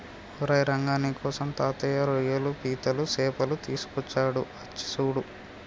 ఓరై రంగ నీకోసం తాతయ్య రోయ్యలు పీతలు సేపలు తీసుకొచ్చాడు అచ్చి సూడు